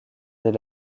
dès